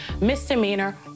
misdemeanor